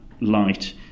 light